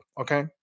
okay